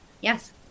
yes